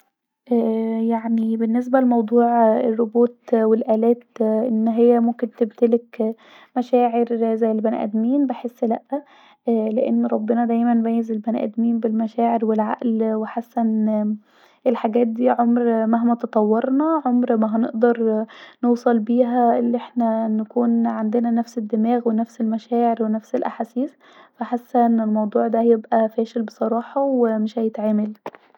يعني بالنسبه لموضوع الربوت والالات أن هي ممكن تمتلك مشاكل زي البني ادمين بحس لا لان ربنا ربنا دايما ميز البني ادمين بالمشاعر والعقل وان الحاجات دي مهما تطورنا عمر نانقدر نوصل بيها أن احنا نكون عندنا نفس الدماغ ونفس المشاعر ونفس الاحاسيس ف بحس أن الموضوع ده هيبقي فاشل بصراحه ومش هيتعمل